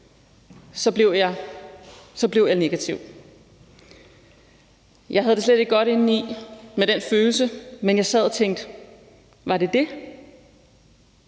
blev jeg negativ. Jeg havde det slet ikke godt inden i med den følelse, men jeg sad og tænkte: Var det det?